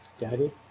Daddy